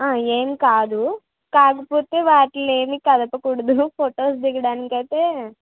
ఆ ఏమి కాదు కాకపోతే వాటిని ఏమి కదపకూడదు ఫొటోస్ దిగడానికి అయితే